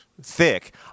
thick